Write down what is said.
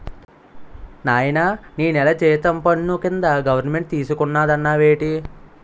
నాయనా నీ నెల జీతం పన్ను కింద గవరమెంటు తీసుకున్నాదన్నావేటి